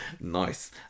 Nice